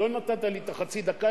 עוד לא נתת לי את החצי דקה,